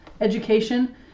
education